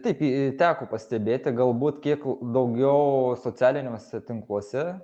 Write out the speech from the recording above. taip i i teko pastebėti galbūt kiek daugiau socialiniuose tinkluose